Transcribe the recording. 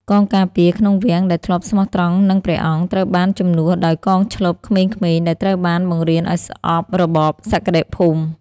កងការពារក្នុងវាំងដែលធ្លាប់ស្មោះត្រង់នឹងព្រះអង្គ ត្រូវបានជំនួសដោយកងឈ្លបក្មេងៗដែលត្រូវបានបង្រៀនឱ្យស្អប់របបសក្តិភូមិ។